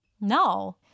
No